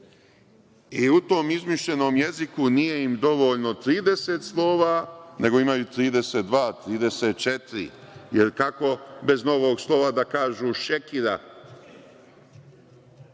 U tom izmišljenom jeziku nije im dovoljno 30 slova, nego imaju 32, 34, jer kako bez novog slova da kažu „šjekira“